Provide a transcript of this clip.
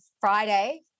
Friday